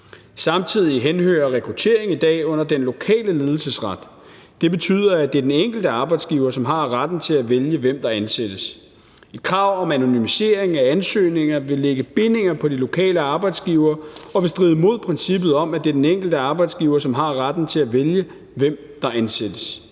Samtidig henhører rekruttering i dag under den lokale ledelsesret. Det betyder, at det er den enkelte arbejdsgiver, som har retten til at vælge, hvem der ansættes. Et krav om anonymisering af ansøgninger vil lægge bindinger på de lokale arbejdsgivere og vil stride mod princippet om, at det er den enkelte arbejdsgiver, som har retten til at vælge, hvem der ansættes.